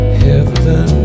heaven